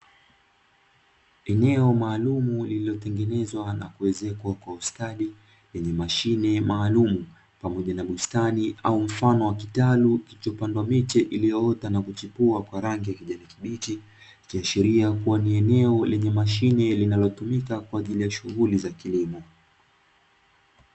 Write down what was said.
Eneo maalumu lililotengenezwa na kuezekwa kwa ustadi, lenye mashine maalumu pamoja na bustani au mfano wa kitalu kilichopandwa miti iliyoota na kuchipua kwa rangi ya kijani kibichi, ikiashiria kuwa ni eneo lenye mashine, linalotumika kwa ajili ya shughuli za kilimo.